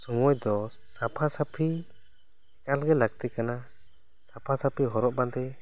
ᱥᱚᱢᱚᱭ ᱫᱚ ᱥᱟᱯᱷᱟ ᱥᱟᱹᱯᱷᱤ ᱮᱠᱟᱞᱜᱤ ᱞᱟᱹᱠᱛᱤ ᱠᱟᱱᱟ ᱥᱟᱯᱷᱟ ᱥᱟᱹᱯᱷᱤ ᱦᱚᱨᱚᱜ ᱵᱟᱸᱫᱮ